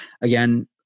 Again